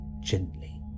gently